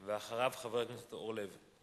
אחריו, חבר הכנסת אורלב.